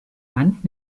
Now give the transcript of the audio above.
band